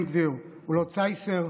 בן גביר הוא לא צייסר,